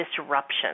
disruption